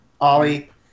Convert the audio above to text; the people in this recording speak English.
Ollie